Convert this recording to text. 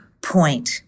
point